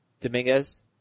Dominguez